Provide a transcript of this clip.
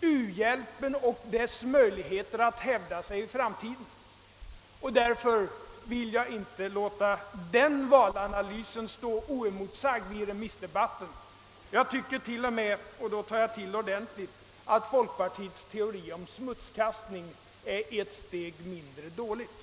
u-hjälpen och dess möjligheter att hävda sig i framtiden. Därför vill jag inte låta den valanalysen stå oemotsagd i remissdebatten. Jag tycker t.o.m., och då tar jag till ordentligt, att folkpartiets teori om smutskastning är ett steg mindre dåligt.